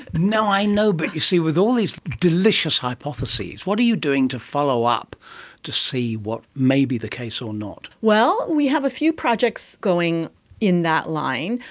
no, i know, but you see with all these delicious hypotheses, what are you doing to follow up to see what may be the case or not? well, we have a few projects going in that line,